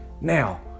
Now